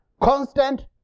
constant